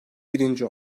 birinci